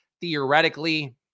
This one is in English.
Theoretically